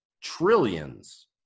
trillions